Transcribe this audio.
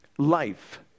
Life